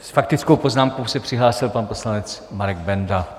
S faktickou poznámkou se přihlásil pan poslanec Marek Benda.